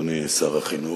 אדוני שר החינוך,